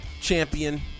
champion